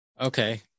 Okay